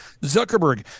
Zuckerberg